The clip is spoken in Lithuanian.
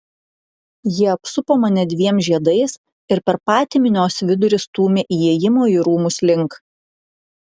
jie apsupo mane dviem žiedais ir per patį minios vidurį stūmė įėjimo į rūmus link